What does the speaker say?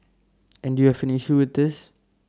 and you have an issue with this